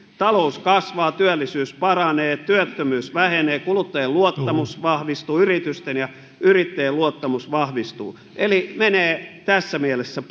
talous kasvaa työllisyys paranee työttömyys vähenee kuluttajien luottamus vahvistuu yritysten ja yrittäjien luottamus vahvistuu eli menee tässä mielessä